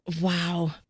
Wow